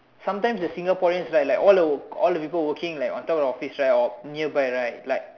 sometimes the Singaporeans right like all all the people working like on top the office right or nearby right like